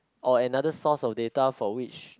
or another source of data for which